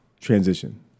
transition